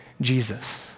Jesus